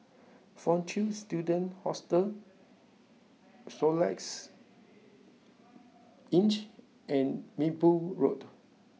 Fortune Students Hostel Soluxe inch and Minbu Road